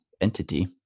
entity